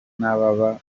n’ababa